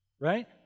Right